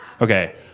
Okay